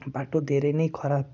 बाटो धेरै नै खराब